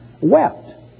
wept